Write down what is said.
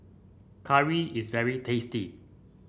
curry is very tasty